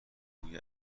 بوی